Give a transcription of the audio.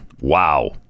wow